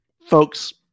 Folks